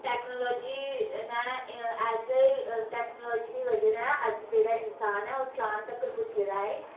technology ने ऐसे technology दे बजह ने अज्ज जेह्ड़ा इंसान ऐ ओह् चांद तकर पुज्जे दा ऐ